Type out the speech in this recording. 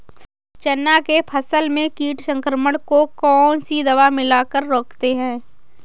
चना के फसल में कीट संक्रमण को कौन सी दवा मिला कर रोकते हैं?